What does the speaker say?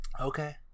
Okay